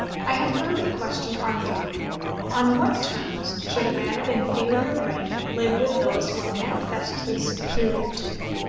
i have heard the question argued on what terms should a man of inferior rank live with those who are manifestly superior to him?